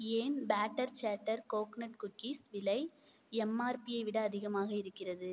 ஏன் better chatter coconut cookies விலை எம்ஆர்பியை விட அதிகமாக இருக்கிறது